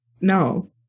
no